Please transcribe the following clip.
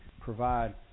provide